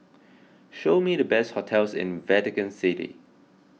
show me the best hotels in Vatican City